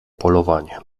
polowanie